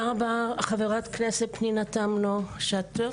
תודה רבה חברת הכנסת פנינה תמנו שטה.